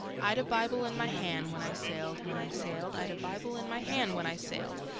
i'd a bible in my hand, when i sailed, when i sailed, i'd a bible in my hand when i sailed,